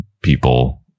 people